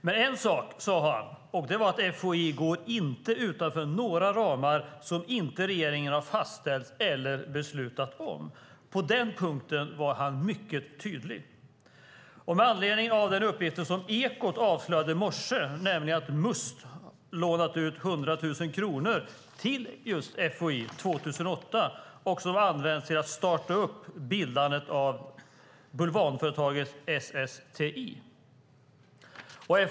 Men en sak sade han, och det var att FOI inte går utanför några ramar som regeringen har fastställt eller beslutat om. På den punkten var han mycket tydlig. I morse avslöjade Ekot att Must år 2008 lånat ut 100 000 kronor till just FOI som använts till att starta bildandet av bulvanföretaget SSTI.